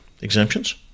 exemptions